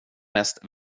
mest